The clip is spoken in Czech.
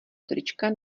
trička